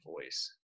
voice